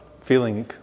feeling